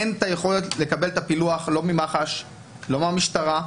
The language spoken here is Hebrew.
אין יכולת לקבל את הפילוח, לא ממח"ש, לא מהמשטרה.